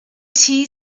tea